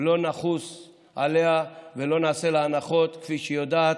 ולא נחוס עליה ולא נעשה לה הנחות, כפי שהיא יודעת,